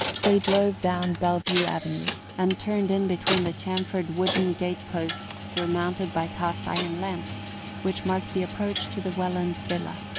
they drove down bellevue avenue and turned in between the chamfered wooden gate-posts surmounted by cast-iron lamps which marked the approach to the welland villa.